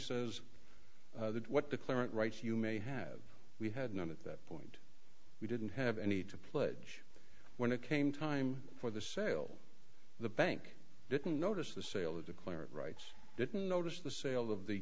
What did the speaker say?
says that what the claimant writes you may have we had none at that point we didn't have any to pledge when it came time for the sale the bank didn't notice the sale of declared rights didn't notice the sale of the